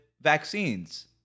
vaccines